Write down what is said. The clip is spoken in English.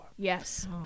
yes